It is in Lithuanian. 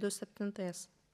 du septintais